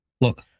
Look